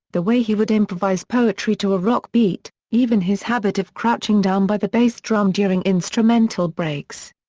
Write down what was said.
the way he would improvise poetry to a rock beat, even his habit of crouching down by the bass drum during instrumental breaks.